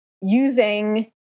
using